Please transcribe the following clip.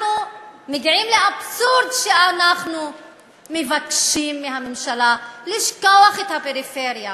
אנחנו מגיעים לאבסורד שאנחנו מבקשים מהממשלה לשכוח את הפריפריה,